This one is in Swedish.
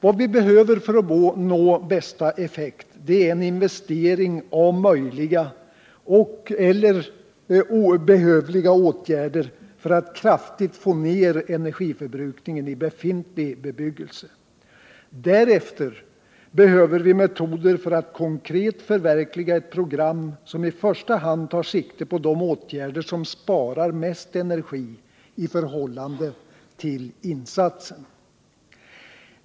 Vad vi behöver för att nå bästa effekt är en inventering av möjliga och/eller behövliga åtgärder att kraftigt få ner energiförbrukningen i befintlig bebyggelse. Därefter behöver vi metoder för att konkret förverkliga ett program som i första hand tar sikte på de åtgärder som sparar mest energi i förhållande till insatsen.